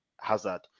Hazard